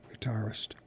guitarist